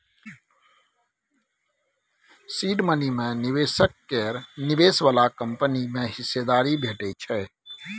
seed money मे निबेशक केर निबेश बदला कंपनी मे हिस्सेदारी भेटै छै